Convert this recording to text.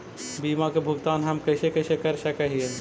बीमा के भुगतान हम कैसे कैसे कर सक हिय?